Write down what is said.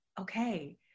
okay